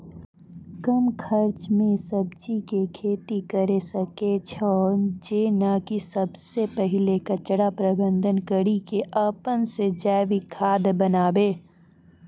कम खर्च मे सब्जी के खेती करै सकै छौ जेना कि सबसे पहिले कचरा प्रबंधन कड़ी के अपन से जैविक खाद बनाबे?